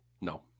No